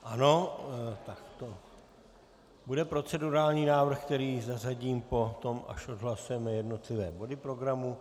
Ano, to bude procedurální návrh, který zařadím potom, až odhlasujeme jednotlivé body programu.